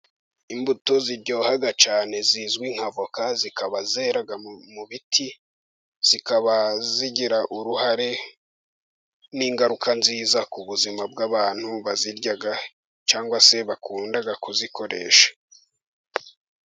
Imbuto ziryoha cyane zizwi nka avoka, zikaba zera mu biti, zikaba zigira uruhare n'ingaruka nziza ku buzima bw'abantu bazirya, cyangwa se bakunda kuzikoresha.